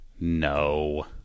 no